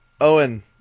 Owen